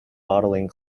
modeling